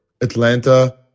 Atlanta